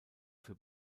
für